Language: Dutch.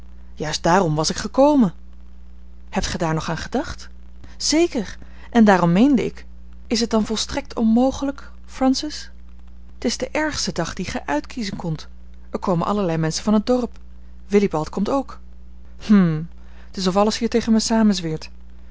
juist daarom was ik gekomen hebt gij daar nog aan gedacht zeker en daarom meende ik is het dan volstrekt onmogelijk francis t is de ergste dag dien gij uitkiezen kondt er komen allerlei menschen van het dorp willibald komt ook hm t is of alles hier tegen mij